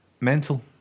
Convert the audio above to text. ...mental